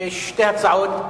שתי הצעות,